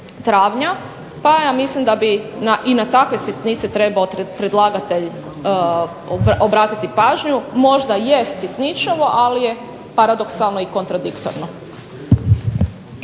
travnja. Pa ja mislim da bi i na takve sitnice trebao predlagatelj obratiti pažnju. Možda jest sitničavo, ali je paradoksalno i kontradiktorno.